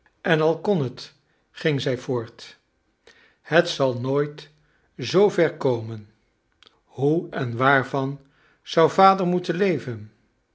en al kon net ging zij voort het zal nooit zoo ver komen hoe en waarvan zou vader tnoeten leven